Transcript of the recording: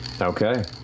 Okay